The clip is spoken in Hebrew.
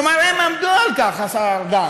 כלומר, הם עמדו על כך, השר ארדן.